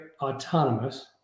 autonomous